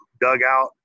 dugout